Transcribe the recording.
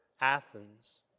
Athens